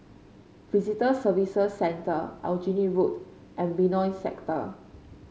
Visitor Services Center Aljunied Road and Benoi Sector